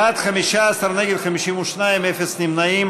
בעד, 15, נגד, 52, אפס נמנעים.